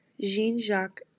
Jean-Jacques